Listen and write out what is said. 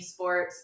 esports